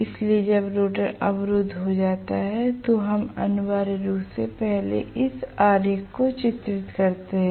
इसलिए जब रोटर अवरुद्ध हो जाता है तो हम अनिवार्य रूप से पहले इस आरेख को चित्रित कर रहे हैं